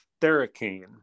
Theracane